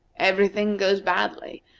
every thing goes badly,